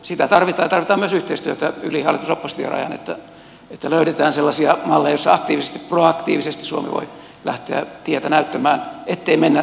sitä tarvitaan ja tarvitaan myös yhteistyötä yli hallitusoppositio rajan niin että löydetään sellaisia malleja joissa aktiivisesti proaktiivisesti suomi voi lähteä tietä näyttämään ettei mene